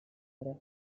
ore